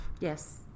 Yes